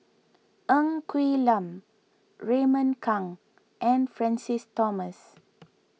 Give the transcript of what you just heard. Ng Quee Lam Raymond Kang and Francis Thomas